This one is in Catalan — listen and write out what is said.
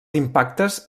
impactes